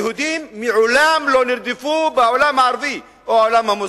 היהודים מעולם לא נרדפו בעולם הערבי או בעולם המוסלמי.